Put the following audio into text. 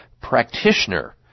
practitioner